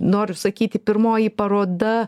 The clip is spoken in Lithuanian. noriu sakyti pirmoji paroda